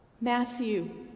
Matthew